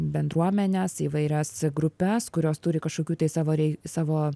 bendruomenes įvairias grupes kurios turi kažkokių tai savo rei savo